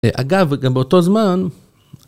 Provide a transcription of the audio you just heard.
אגב, וגם באותו זמן...